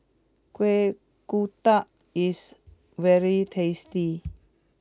Kuih Kodok is very tasty